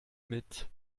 mit